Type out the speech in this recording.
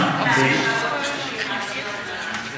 יש לי עוד שאלה בעניין הכשרות נשים,